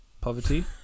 poverty